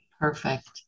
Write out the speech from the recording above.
Perfect